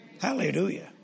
Hallelujah